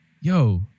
yo